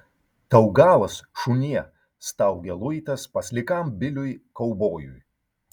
tau galas šunie staugia luitas paslikam biliui kaubojui